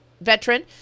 veteran